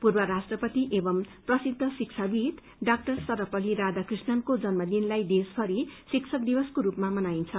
पूर्व राष्टपति एवं प्रसिद्ध शिक्षाविद डा सर्वपत्ली रायाकृष्णनको जन्मदिनलाई देशभरि शिक्षक दिवसको रूपमा मनाइन्छ